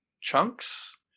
chunks